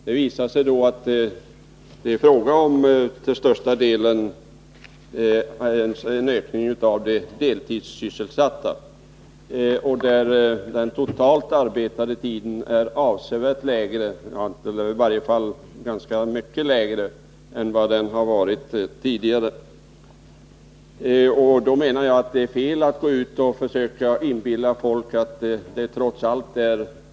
Det visade sig nämligen att det till största delen är fråga om en ökning av antalet deltidssysselsatta och att den totalt arbetade tiden är mycket lägre än vad den tidigare har varit. Jag menar att det då är fel att gå ut och försöka inbilla folk att sysselsättningen ökar.